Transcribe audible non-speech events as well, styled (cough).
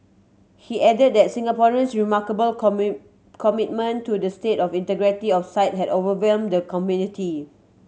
he added that Singaporean's remarkable (unintelligible) commitment to the state of integrity of site had overwhelmed the committee